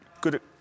good